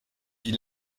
dit